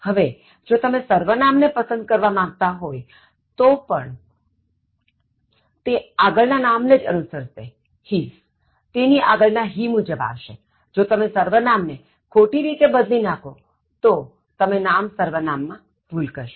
હવે જો તમે સર્વનામ ને પસંદ કરવા માગતા હોય તો તે પણ આગળ ના નામ ને અનુસરશે his તેની આગળ ના "he" મુજબ આવશેજો તમે સર્વનામ ને ખોટી રીતે બદલી નાખો તો તમે નામ સર્વનામ માં ભૂલ કરશો